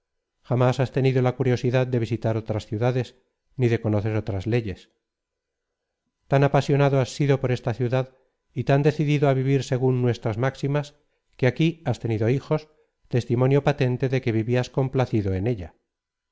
jamás has tenido la curiosidad de visitar otras ciudades ni de conocer otras leyes tan apasionado has sido por esta ciudad y tan decidido á vivir según nuestras máximas que aquí has tenido hijos testimonio patente de que vivias complacido en ella